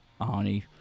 Arnie